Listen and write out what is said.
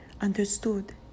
understood